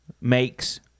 makes